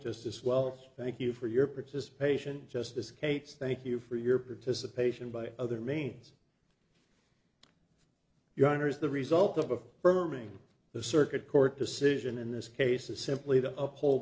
just this well thank you for your participation just escapes thank you for your participation by other means your honor is the result of for me the circuit court decision in this case is simply the uphold